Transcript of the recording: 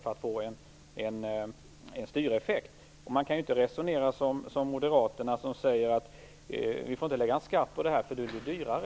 Det skall bli en styreffekt. Man kan inte resonera som moderaterna, som säger att vi inte får ta ut skatt, för då blir det dyrare.